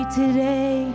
today